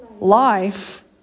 Life